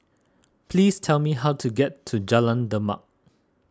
please tell me how to get to Jalan Demak